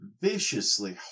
viciously